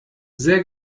sehr